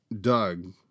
doug